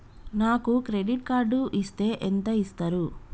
నాకు credit card ఇస్తే ఎంత ఇస్తరు?